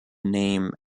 name